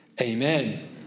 amen